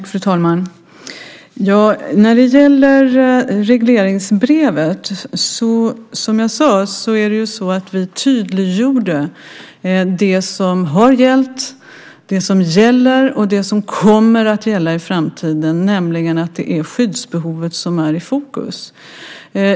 Fru talman! När det gäller regleringsbrevet tydliggjorde vi, som jag sade, det som har gällt, det som gäller och det som kommer att gälla i framtiden, nämligen att det är skyddsbehovet som är i fokus.